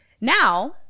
now